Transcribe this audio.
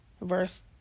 verse